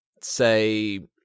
say